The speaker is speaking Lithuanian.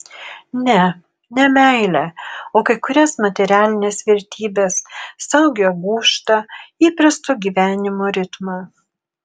ne ne meilę o kai kurias materialines vertybes saugią gūžtą įprasto gyvenimo ritmą